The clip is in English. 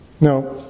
Now